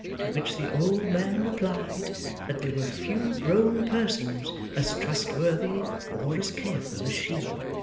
to which the old man replied that there were few grown persons as trustworthy or as careful as she.